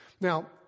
now